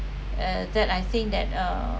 uh that I think that uh